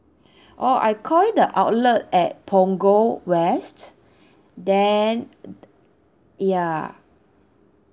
oh I call in the outlet at punggol west then ya